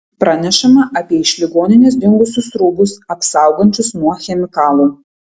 pranešama apie iš ligoninės dingusius rūbus apsaugančius nuo chemikalų